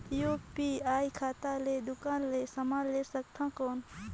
UPI खाता ले दुकान ले समान ले सकथन कौन?